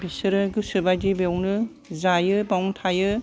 बिसोरो गोसोबादि बेयावनो जायो बेयावनो थायो